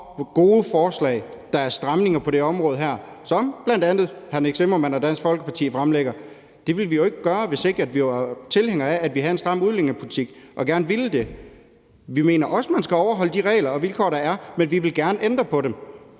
gode forslag, der indebærer stramninger på det her område, og som bl.a. bliver fremsat af hr. Nick Zimmermann og Dansk Folkeparti. Det ville vi jo ikke gøre, hvis ikke vi var tilhængere af, at vi har en stram udlændingepolitik og gerne vil det. Vi mener også, at man skal overholde de regler og vilkår, der er, men vi vil gerne ændre på dem.